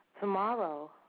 Tomorrow